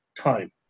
time